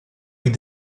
avec